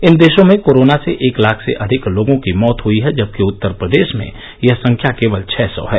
इन देशों में कोरोना से एक लाख से अधिक लोगों की मौत हई है जबकि उत्तर प्रदेश में यह संख्या केवल छह सौ है